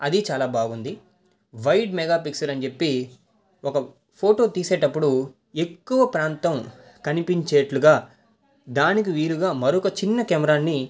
అది చాలా బాగుంది వైడ్ మెగా పిక్సెల్ అని చెప్పి ఒక ఫోటో తీసేటప్పుడు ఎక్కువ ప్రాంతం కనిపించేటట్టుగా దానికి వీలుగా మరొక చిన్న కెమెరాని